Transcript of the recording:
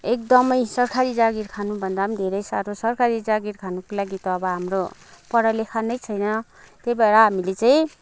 एकदमै सरकारी जागिर खानुभन्दा पनि धेरै साह्रो छ सरकारी जागिर खानुको लागि त हाम्रो पढा लेखा नै छैन त्यही भएर हामीले चाहिँ